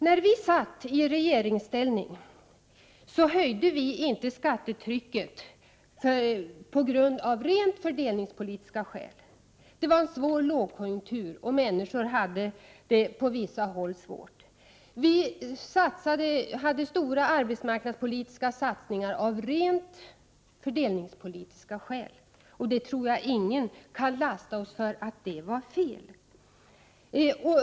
När vi satt i regeringsställning höjde vi inte skattetrycket, och det av fördelningspolitiska skäl. Det rådde då en svår lågkonjunktur, och på vissa håll hade människor det svårt. Vi gjorde av rent fördelningspolitiska skäl stora arbetsmarknadspolitiska satsningar. Och jag tror inte att någon kan 37 lasta oss för att det var fel.